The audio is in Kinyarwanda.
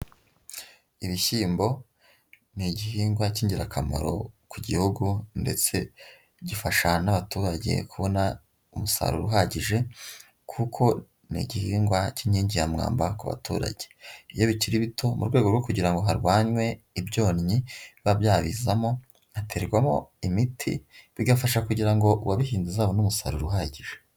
Ibishyimbo ni igihingwa cy'ingirakamaro ku gihugu ndetse gifasha n'abaturage kubona umusaruro uhagije kuko ni igihingwa cy'inkingi ya mwamba ku baturage. Iyo bikiri bito mu rwego rwo kugira ngo harwanywe ibyonnyi biba byabizamo haterwamo imiti bigafasha kugira ngo uwabihinze azabone umusaruro uhagije.